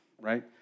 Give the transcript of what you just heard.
right